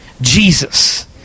Jesus